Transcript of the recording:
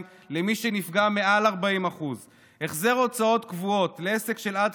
למי שנפגע מעל 40%; החזר הוצאות גבוהות לעסק של עד